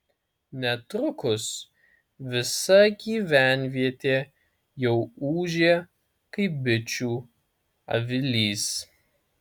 netrukus visa gyvenvietė jau ūžė kaip bičių avilys